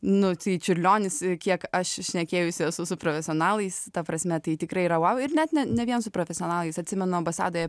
nu tai čiurlionis ir kiek aš šnekėjausi su profesionalais ta prasme tai tikrai yra vau ir net ne ne vien su profesionalais atsimenu ambasadoje